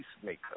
peacemaker